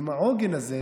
עם העוגן הזה,